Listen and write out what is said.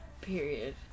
period